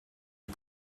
est